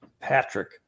Patrick